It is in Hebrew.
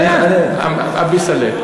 א-ביסלע.